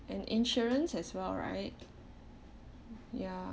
and insurance as well right ya